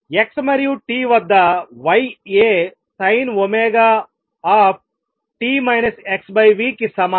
x మరియు t వద్ద y A sin ω t x v కి సమానం